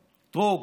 אתרוג.